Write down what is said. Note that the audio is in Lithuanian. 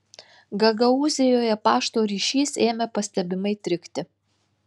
gagaūzijoje pašto ryšys ėmė pastebimai trikti